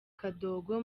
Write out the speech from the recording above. kadogo